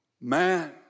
man